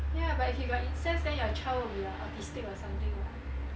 ya but if you got incest then your child will be autistic or something [what]